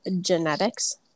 genetics